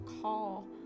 call